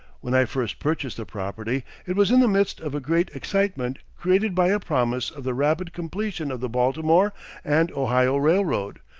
when i first purchased the property it was in the midst of a great excitement created by a promise of the rapid completion of the baltimore and ohio railroad,